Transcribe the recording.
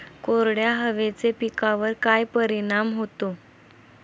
कोरड्या हवेचा पिकावर काय परिणाम होतो?